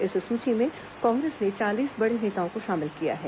इस सूची में कांग्रेस ने चालीस बड़े नेताओं को शामिल किया है